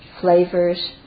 flavors